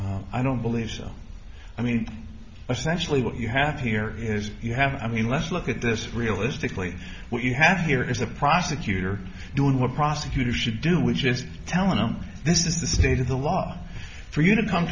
promise i don't believe so i mean essentially what you have here is you have i mean let's look at this realistically what you have here is a prosecutor doing what prosecutors should do which is telling them this is the state of the law for you to come